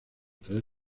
tres